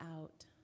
out